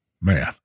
Man